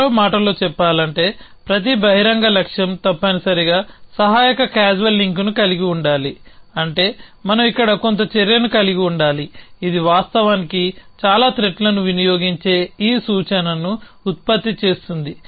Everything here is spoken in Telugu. మరో మాటలో చెప్పాలంటే ప్రతి బహిరంగ లక్ష్యం తప్పనిసరిగా సహాయక క్యాజువల్ లింక్ను కలిగి ఉండాలి అంటే మనం ఇక్కడ కొంత చర్యను కలిగి ఉండాలి ఇది వాస్తవానికి చాలా త్రెట్లను వినియోగించే ఈ సూచనను ఉత్పత్తి చేస్తుంది